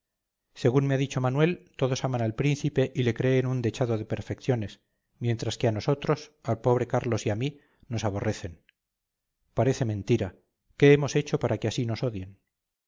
según me ha dicho manuel todos aman al príncipe y le creen un dechado de perfecciones mientras que a nosotros al pobre carlos y a mí nos aborrecen parece mentira qué hemos hecho para que así nos odien